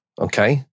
Okay